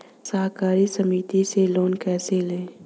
सहकारी समिति से लोन कैसे लें?